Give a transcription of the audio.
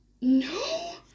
No